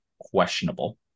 questionable